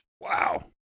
Wow